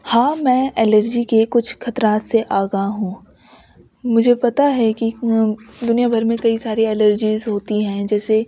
ہاں میں الرجی کے کچھ خطرات سے آگاہ ہوں مجھے پتا ہے کہ دنیا بھر میں کئی ساری الرجیز ہوتی ہیں جیسے